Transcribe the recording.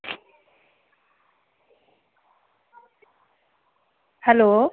hello